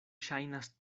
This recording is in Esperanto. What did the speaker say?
ŝajnas